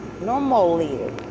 normally